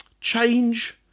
Change